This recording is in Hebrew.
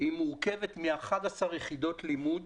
היא מורכבת מ-11 יחידות לימוד